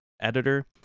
editor